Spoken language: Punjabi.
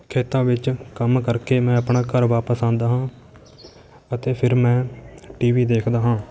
ਖੇਤਾਂ ਵਿੱਚ ਕੰਮ ਕਰਕੇ ਮੈਂ ਆਪਣਾ ਘਰ ਵਾਪਸ ਆਉਂਦਾ ਹਾਂ ਅਤੇ ਫਿਰ ਮੈਂ ਟੀ ਵੀ ਦੇਖਦਾ ਹਾਂ